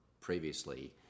previously